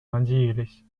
надеялись